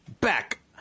back